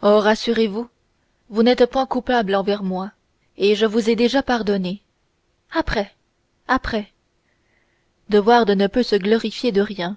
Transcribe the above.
rassurez-vous vous n'êtes point coupable envers moi et je vous ai déjà pardonné après après de wardes ne peut se glorifier de rien